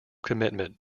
commitment